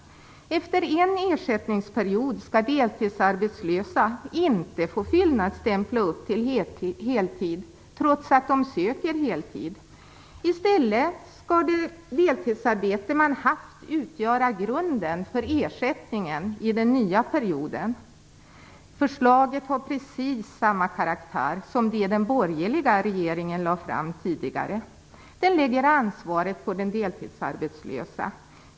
Efter en ersättningsperiod skall deltidsarbetslösa inte få fyllnadsstämpla upp till heltid, trots att de söker heltid. I stället skall det deltidsarbete man haft utgöra grunden för ersättningen i den nya perioden. Förslaget har precis samma karaktär som det förslag som den borgerliga regeringen lade fram tidigare. Den lägger ansvaret på den deltidsarbetslöse.